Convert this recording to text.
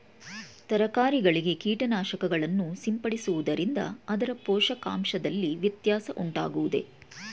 ತರಕಾರಿಗಳಿಗೆ ಕೀಟನಾಶಕಗಳನ್ನು ಸಿಂಪಡಿಸುವುದರಿಂದ ಅದರ ಪೋಷಕಾಂಶದಲ್ಲಿ ವ್ಯತ್ಯಾಸ ಉಂಟಾಗುವುದೇ?